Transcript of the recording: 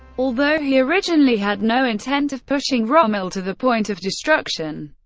although he originally had no intent of pushing rommel to the point of destruction,